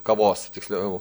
kavos tiksliau